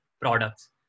products